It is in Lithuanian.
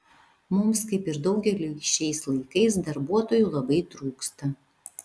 mums kaip ir daugeliui šiais laikais darbuotojų labai trūksta